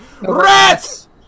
RATS